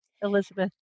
Elizabeth